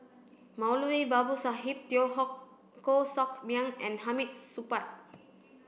Moulavi Babu Sahib Teo Koh Sock Miang and Hamid Supaat